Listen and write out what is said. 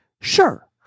Sure